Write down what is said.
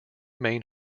main